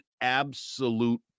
absolute